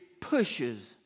pushes